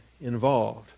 involved